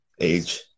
age